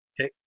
Okay